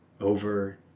over